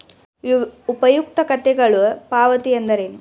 ಉಪಯುಕ್ತತೆಗಳ ಪಾವತಿ ಎಂದರೇನು?